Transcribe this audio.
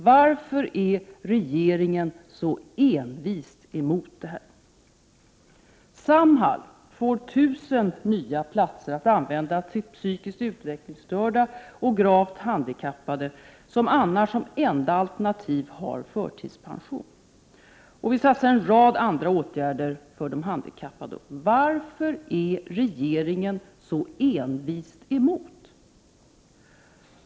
Varför är regeringen så envist emot detta? Samhall får 1 000 nya platser att användas till psykiskt utvecklingsstörda och gravt handikappade som annars som enda alternativ har förtidspension. Vi satsar dessutom på en rad andra åtgärder för de handikappade. Varför är regeringen så envist emot?